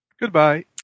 Goodbye